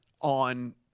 on